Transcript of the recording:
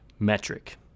metric